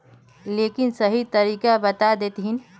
लेकिन सही तरीका बता देतहिन?